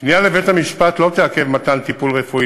פנייה לבית-המשפט לא תעכב מתן טיפול רפואי